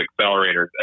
accelerators